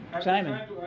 Simon